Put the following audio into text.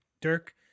Dirk